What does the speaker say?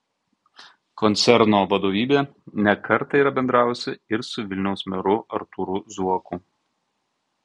koncerno vadovybė ne kartą yra bendravusi ir su vilniaus meru artūru zuoku